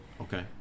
Okay